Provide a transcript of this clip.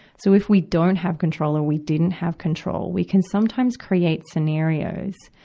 so if we don't have control or we didn't have control, we can sometimes create scenarios,